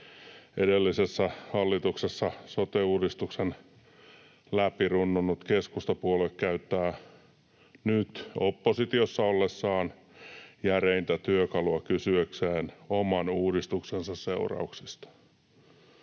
edellisessä hallituksessa sote-uudistuksen läpi runnonut keskustapuolue käyttää nyt oppositiossa ollessaan järeintä työkalua kysyäkseen oman uudistuksensa seurauksista.